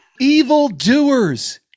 Evildoers